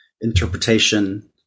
interpretation